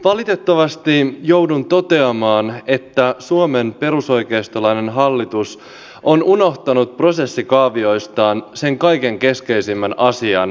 valitettavasti joudun toteamaan että suomen perusoikeistolainen hallitus on unohtanut prosessikaavioistaan sen kaikkein keskeisimmän asian eli ihmisen